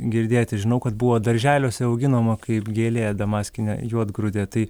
girdėti žinau kad buvo darželiuose auginama kaip gėlė damanskienė juodgrūdė tai